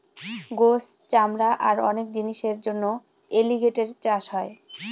গোস, চামড়া আর অনেক জিনিসের জন্য এলিগেটের চাষ হয়